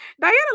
Diana